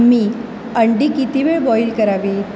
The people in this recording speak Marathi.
मी अंडी किती वेळ बॉईल करावीत